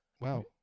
Wow